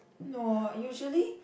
no usually